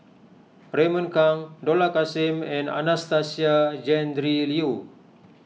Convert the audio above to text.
Raymond Kang Dollah Kassim and Anastasia Tjendri Liew